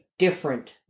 different